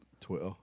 Twitter